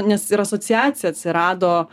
nes ir asociacija atsirado